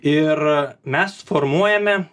ir mes formuojame